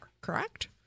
correct